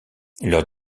leur